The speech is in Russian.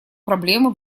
проблемы